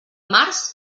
març